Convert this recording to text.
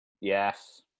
Yes